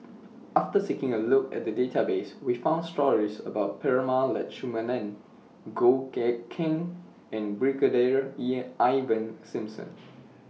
after taking A Look At The Database We found stories about Prema Letchumanan Goh Eck Kheng and Brigadier Ivan Simson